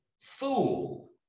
Fool